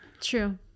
True